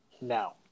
now